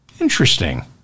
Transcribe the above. Interesting